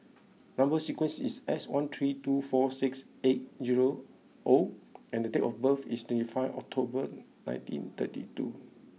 number sequence is S one three two four six eight zero O and date of birth is twenty five October nineteen thirty two